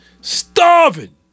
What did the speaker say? Starving